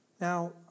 Now